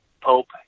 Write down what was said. pope